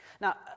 Now